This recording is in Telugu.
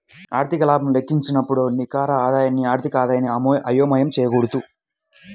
ఆర్థిక లాభం లెక్కించేటప్పుడు నికర ఆదాయాన్ని ఆర్థిక ఆదాయంతో అయోమయం చేయకూడదు